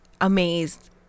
amazed